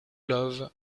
love